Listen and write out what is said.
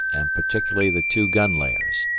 and particularly the two gun-layers,